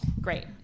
Great